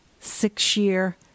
six-year